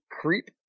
creep